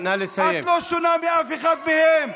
את לא שונה מאף אחד מהם.